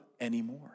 anymore